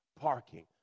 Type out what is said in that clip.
parking